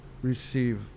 receive